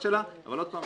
אבל עוד פעם,